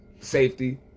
safety